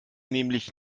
nämlich